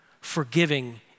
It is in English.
forgiving